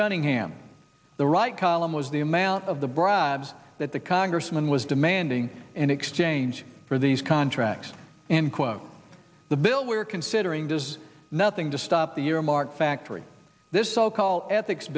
cunningham the right column was the amount of the bribes that the congressman was demanding in exchange for these contracts and quote the bill we're considering does nothing to stop the earmark factory this so called ethics